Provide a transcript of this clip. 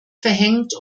verhängt